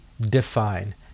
define